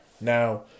now